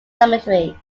cemetery